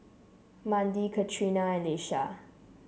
Mandie Katrina and Laisha